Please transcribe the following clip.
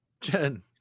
Jen